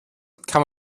kann